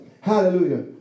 Hallelujah